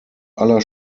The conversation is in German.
aller